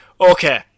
okay